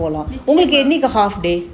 உங்களுக்கு என்னைக்கு:ungalukku ennaikku